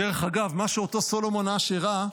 דרך אגב, מה שאותו סולומון אש הראה,